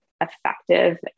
effective